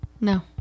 No